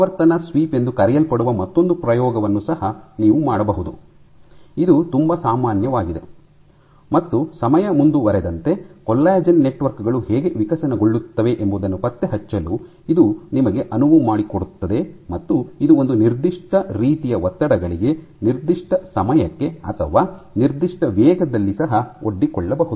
ಆವರ್ತನ ಸ್ವೀಪ್ ಎಂದು ಕರೆಯಲ್ಪಡುವ ಮತ್ತೊಂದು ಪ್ರಯೋಗವನ್ನು ಸಹ ನೀವು ಮಾಡಬಹುದು ಇದು ತುಂಬಾ ಸಾಮಾನ್ಯವಾಗಿದೆ ಮತ್ತು ಸಮಯ ಮುಂದುವರೆದಂತೆ ಕೊಲ್ಲಾಜೆನ್ ನೆಟ್ವರ್ಕ್ ಗಳು ಹೇಗೆ ವಿಕಸನಗೊಳ್ಳುತ್ತವೆ ಎಂಬುದನ್ನು ಪತ್ತೆಹಚ್ಚಲು ಇದು ನಿಮಗೆ ಅನುವು ಮಾಡಿಕೊಡುತ್ತದೆ ಮತ್ತು ಇದು ಒಂದು ನಿರ್ದಿಷ್ಟ ರೀತಿಯ ಒತ್ತಡಗಳಿಗೆ ನಿರ್ದಿಷ್ಟ ಸಮಯಕ್ಕೆ ಅಥವಾ ನಿರ್ದಿಷ್ಟ ವೇಗದಲ್ಲಿ ಸಹ ಒಡ್ಡಿಕೊಳ್ಳಬಹುದು